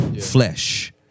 flesh